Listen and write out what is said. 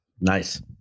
Nice